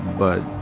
but.